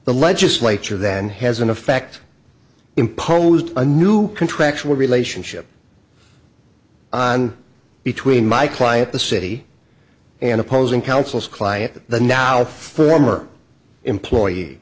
the legislature then has in effect imposed a new contractual relationship on between my client the city and opposing counsel client the now former employee